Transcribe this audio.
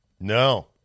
No